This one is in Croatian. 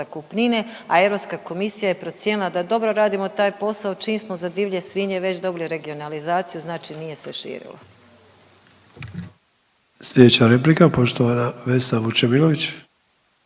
zakupnine, a Europska komisija je procijenila da dobro radimo taj posao čim smo za divlje svinje već dobili regionalizaciju, znači nije se širilo.